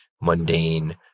mundane